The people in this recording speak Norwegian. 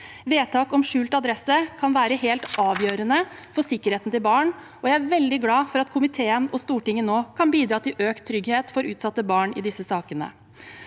Vedtak om skjult adresse kan være helt avgjørende for sikkerheten til barn, og jeg er veldig glad for at komiteen og Stortinget nå kan bidra til økt trygghet for utsatte barn i disse sakene.